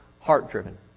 heart-driven